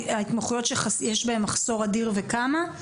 ההתמחויות שיש בהן מחסור אדיר וכמה?